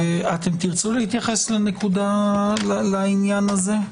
תרצו להתייחס לעניין הזה?